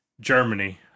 Germany